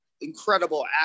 incredible